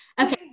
Okay